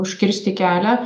užkirsti kelią